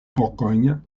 bourgogne